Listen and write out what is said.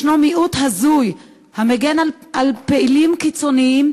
ישנו מיעוט הזוי המגן על פעילים קיצוניים